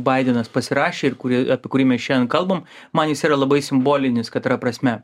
baidenas pasirašė ir kurį apie kurį mes šiandien kalbam man jis yra labai simbolinis katra prasme